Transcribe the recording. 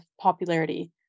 popularity